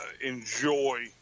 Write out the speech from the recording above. enjoy